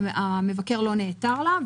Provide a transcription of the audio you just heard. המבקר לא נעתר לה.